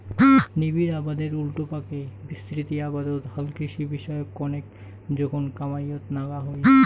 নিবিড় আবাদের উল্টাপাকে বিস্তৃত আবাদত হালকৃষি বিষয়ক কণেক জোখন কামাইয়ত নাগা হই